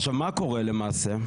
עכשיו מה קורה למעשה?